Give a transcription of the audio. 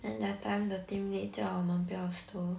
then that time the team lead 叫我们不要 stow